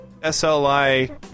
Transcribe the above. SLI